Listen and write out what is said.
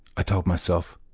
i told myself,